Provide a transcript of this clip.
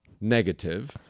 negative